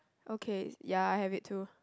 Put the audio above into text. okay ya I have it too